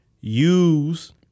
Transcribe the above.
use